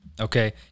okay